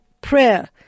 prayer